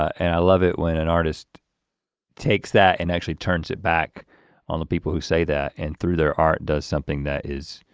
and i love it when an artist takes that and actually turns it back on the people who say that and through their art does something that is.